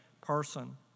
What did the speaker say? person